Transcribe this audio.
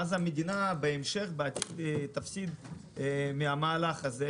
ואז המדינה תפסיד בעתיד מהמהלך הזה,